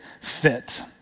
fit